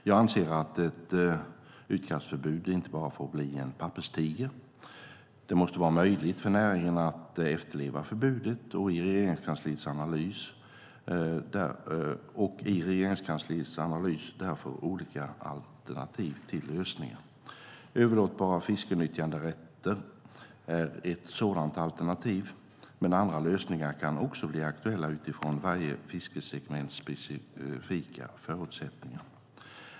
Jag anser att ett utkastförbud inte bara får bli en papperstiger. Det måste vara möjligt för näringen att efterleva förbudet, och i Regeringskansliet analyseras därför olika alternativ till lösningar. Överlåtbara fiskenyttjanderätter är ett sådant alternativ, men andra lösningar kan också bli aktuella utifrån varje fiskesegments specifika förutsättningar.